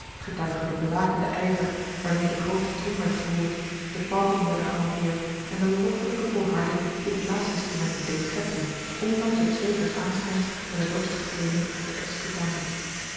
de blakende ijver waarmee de groote trom werd geroerd de pauken werden gehanteerd en de a l g bosboom-toussaint langs een omweg loffelijke volharding die de blaasinstrumenten deed schetteren ondanks het zweet des aanschijns en de dorstige kelen der